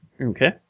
Okay